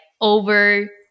over